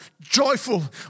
joyful